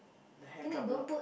the hair drop a lot